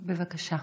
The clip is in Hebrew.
בבקשה.